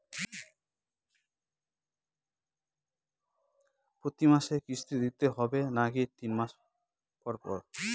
প্রতিমাসে কিস্তি দিতে হবে নাকি তিন মাস পর পর?